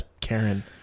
Karen